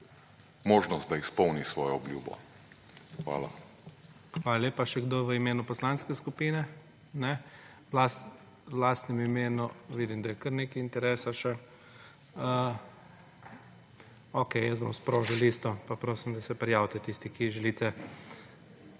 možnost, da izpolni svojo obljubo. Hvala. **PREDSEDNIK IGOR ZORČIČ:** Hvala lepa. Še kdo v imenu poslanske skupine? Ne. V lastnem imenu vidim, da je kar nekaj interesa še. Okej, jaz bom sprožil listo, pa prosim, da se prijavite tisti, ki želite